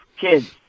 kids